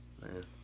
Man